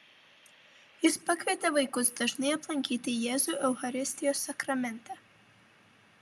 jis pakvietė vaikus dažnai aplankyti jėzų eucharistijos sakramente